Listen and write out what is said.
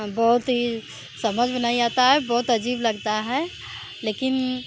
बहुत ही समझ में नहीं आता है बहुत अजीब लगता है लेकिन